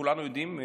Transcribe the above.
כולנו יודעים,